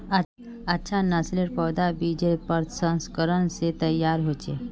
अच्छा नासलेर पौधा बिजेर प्रशंस्करण से तैयार होचे